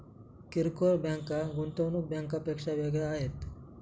किरकोळ बँका गुंतवणूक बँकांपेक्षा वेगळ्या आहेत